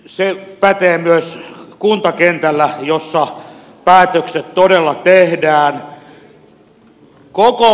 se pätee myös kuntakentällä jossa päätökset todella tehdään